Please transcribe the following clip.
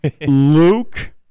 Luke